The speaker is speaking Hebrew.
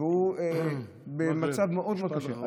והוא במצב מאוד מאוד קשה.